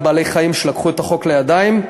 שנייה,